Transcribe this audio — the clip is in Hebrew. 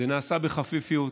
זה נעשה בחפיפיות,